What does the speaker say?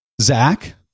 Zach